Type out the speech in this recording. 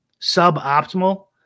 suboptimal